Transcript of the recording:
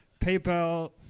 PayPal –